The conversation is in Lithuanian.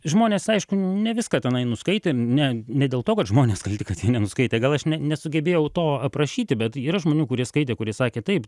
žmonės aišku ne viską tenai nuskaitė ne ne dėl to kad žmonės kalti kad jie nenuskaitė gal aš ne nesugebėjau to aprašyti bet yra žmonių kurie skaitė kurie sakė taip